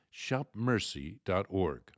shopmercy.org